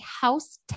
house